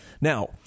Now